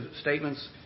statements